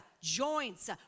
joints